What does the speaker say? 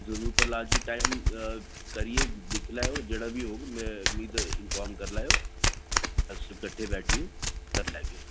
जरूर प्रहलाद जी टाइम करियै दिक्खी लैएओ जेह्ड़ा बी होग मिगी इंफार्म करी लैएओ अस किट्ठे बैठिये करी लैगे